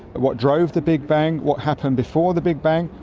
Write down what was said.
what drove the big bang, what happened before the big bang,